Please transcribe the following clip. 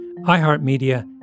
iHeartMedia